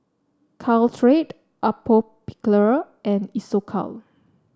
Caltrate Atopiclair and Isocal